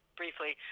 briefly